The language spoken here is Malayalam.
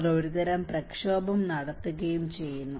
അവർ ഒരുതരം പ്രക്ഷോഭം നടത്തുകയും ചെയ്യുന്നു